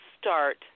start